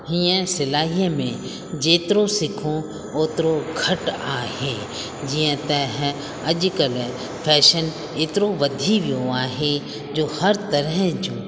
हीअं सिलाईअ में जेतिरो सिखो ओतिरो घटि आहे जीअं त ह अॼुकल्ह फैशन एतिरो वधी वियो आहे जो हर तरह जूं